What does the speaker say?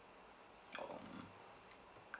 oh